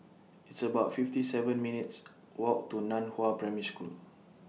It's about fifty seven minutes' Walk to NAN Hua Primary School